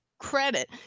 Credit